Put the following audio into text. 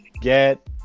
get